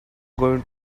going